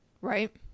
Right